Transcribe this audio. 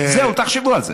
זהו, תחשבו על זה.